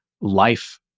life